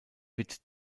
wird